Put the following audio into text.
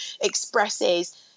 expresses